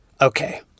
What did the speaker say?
Okay